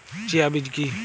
Chia বীজ কী?